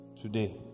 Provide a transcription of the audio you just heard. Today